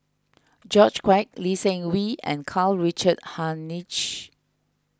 George Quek Lee Seng Wee and Karl Richard Hanitsch